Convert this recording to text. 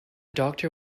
doctor